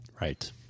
Right